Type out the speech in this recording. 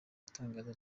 itangazo